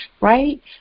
right